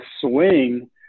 swing